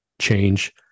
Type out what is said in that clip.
change